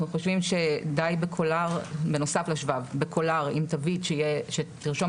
אנחנו חושבים שדי בקולר עם תווית שתרשום